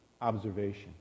observation